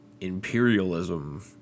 imperialism